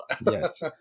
Yes